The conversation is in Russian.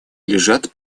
лежат